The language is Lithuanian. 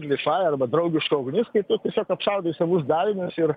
dvišalė arba draugiška ugnis kai tu tiesiog apšaudai savus dalinius ir